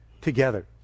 together